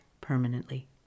permanently